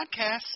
podcast